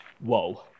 Whoa